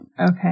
Okay